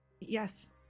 Yes